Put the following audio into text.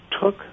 took